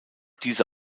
diese